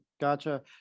Gotcha